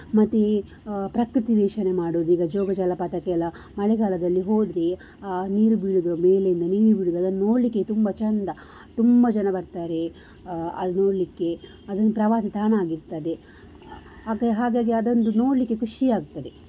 ಮತ್ತೆ ಪ್ರಕೃತಿ ವೀಕ್ಷಣೆ ಮಾಡುವುದು ಈಗ ಜೋಗ ಜಲಪಾತಕ್ಕೆ ಎಲ್ಲ ಮಳೆಗಾಲದಲ್ಲಿ ಹೋದರೆ ನೀರು ಬೀಳುವುದು ಮೇಲಿಂದ ನೀರು ಬೀಳೋದು ಅದನ್ನು ನೋಡಲಿಕ್ಕೆ ತುಂಬಾ ಚಂದ ತುಂಬಾ ಜನ ಬರ್ತಾರೆ ಅದು ನೋಡಲಿಕ್ಕೆ ಅದು ಒಂದು ಪ್ರವಾಸಿ ತಾಣ ಆಗಿರ್ತದೆ ಹಾಗೆ ಹಾಗಾಗಿ ಅದನ್ನು ನೋಡಲಿಕ್ಕೆ ಖುಷಿ ಆಗ್ತದೆ